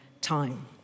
time